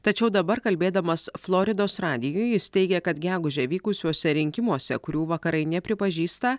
tačiau dabar kalbėdamas floridos radijui jis teigia kad gegužę vykusiuose rinkimuose kurių vakarai nepripažįsta